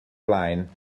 blaen